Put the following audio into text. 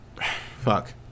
fuck